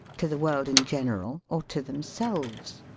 to the world in general or to themselves?